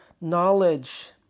knowledge